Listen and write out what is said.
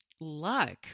luck